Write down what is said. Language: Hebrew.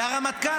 והרמטכ"ל,